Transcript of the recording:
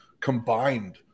combined